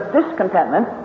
discontentment